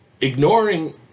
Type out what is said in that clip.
ignoring